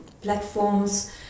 platforms